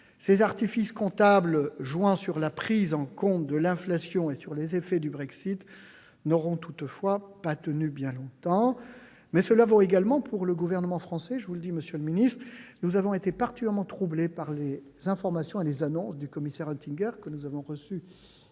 Ses artifices comptables jouant sur la prise en compte de l'inflation et sur les effets du Brexit n'auront toutefois pas tenu bien longtemps. Cela vaut également pour le gouvernement français. Nous avons été particulièrement troublés par les informations et les annonces du commissaire Oettinger, que nous avons reçu